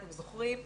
אתם זוכרים,